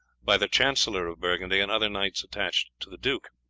by the chancellor of burgundy, and other knights attached to the duke.